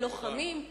אלא לוחמים,